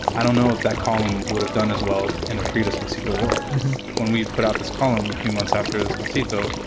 i don't know if that call me would have done as well in a predecessor at the world when we put out this column a few months after this but seat, though.